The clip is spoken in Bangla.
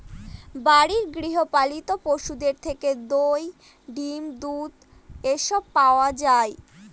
বাড়ির গৃহ পালিত পশুদের থেকে দই, ডিম, দুধ এসব পাওয়া যায়